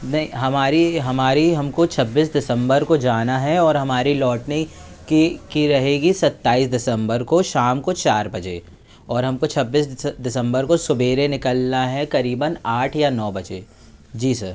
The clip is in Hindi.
नहीं हमारी हमारी हम को छब्बीस दिसंबर को जाना है और हमारे लौटने की की रहेगी सत्ताईस दिसंबर को शाम को चार बजे और हम को छब्बीस दिसंबर को सवेरे निकलना है क़रीबन आठ या नौ बजे जी सर